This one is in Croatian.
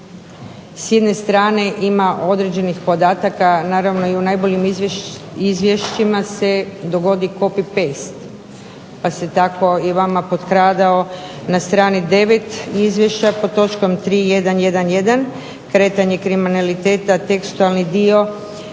s jedne strane ima određenih podataka naravno i u najboljim izvješćima se dogodi copy-paste. Pa se tako i vama potkradao na strani 9. Izvješća pod točkom 3.1.1.1 kretanje kriminaliteta tekstualni dio,